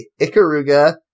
Ikaruga